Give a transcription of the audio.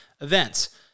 events